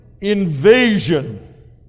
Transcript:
invasion